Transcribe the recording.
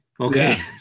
okay